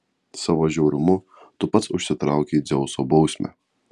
savo žiaurumu tu pats užsitraukei dzeuso bausmę